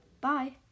bye